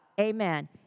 Amen